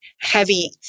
heavy